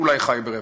אולי חי ברווחה.